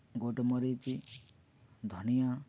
goal ମରିଚ ଧନିଆ